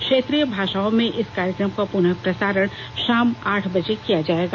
क्षेत्रीय भाषाओं में इस कार्यक्रम का पुनः प्रसारण शाम आठ बजे किया जाएगा